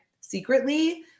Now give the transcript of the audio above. Secretly